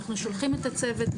אנחנו שולחים את הצוות,